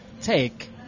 take